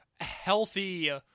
healthy